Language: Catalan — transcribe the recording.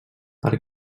per